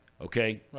okay